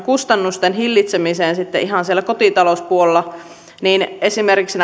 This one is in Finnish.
kustannusten hillitsemiseen siellä kotitalouspuolella esimerkiksi